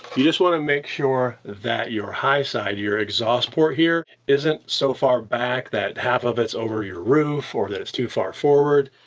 you just want to make sure that your high side, your exhaust port here, isn't so far back that half of it's over your roof or that it's too far forward.